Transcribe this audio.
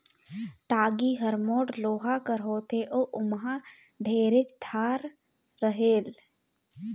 टागी हर मोट लोहा कर होथे अउ ओमहा ढेरेच धार रहेल